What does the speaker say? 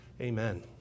Amen